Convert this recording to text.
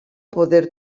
poder